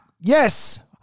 Yes